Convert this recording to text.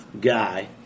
guy